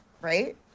right